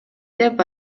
деп